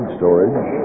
storage